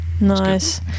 nice